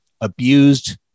abused